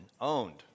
owned